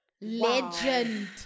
Legend